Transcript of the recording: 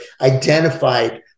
identified